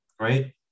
right